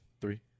Three